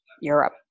Europe